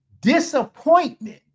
Disappointment